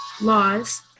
laws